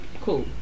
Cool